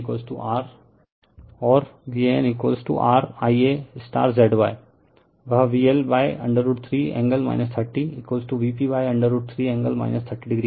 वह VL √3 angle 30 Vp √ 3 angle 30o हैं